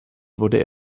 wurde